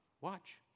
watch